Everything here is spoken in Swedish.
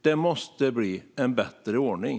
Det måste bli en bättre ordning.